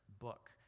book